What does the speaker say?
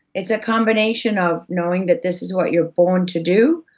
it's a combination of knowing that this is what you're born to do,